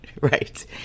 Right